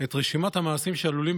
את רשימת המעשים שעלולים,